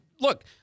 Look